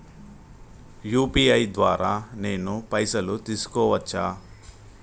UPI ద్వారా నేను పైసలు తీసుకోవచ్చా?